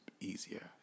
easier